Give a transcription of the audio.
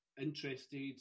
Interested